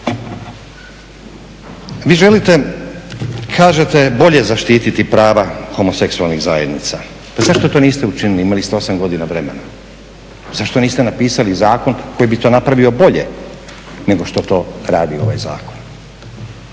Vi želite kažete bolje zaštititi prava homoseksualnih zajednica. Pa zašto to niste učinili, imali ste 8 godina vremena. Zašto niste napisali zakon koji bi to napravio bolje nego što to radi ovaj zakon.